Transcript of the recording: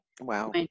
Wow